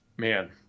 man